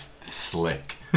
Slick